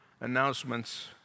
announcements